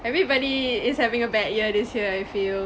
everybody is having a bad year this year I feel